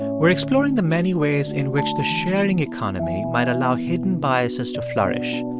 we're exploring the many ways in which the sharing economy might allow hidden biases to flourish.